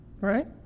right